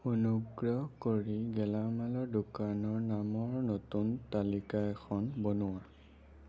অনুগ্ৰহ কৰি গেলামালৰ দোকানৰ নামৰ নতুন তালিকা এখন বনোৱা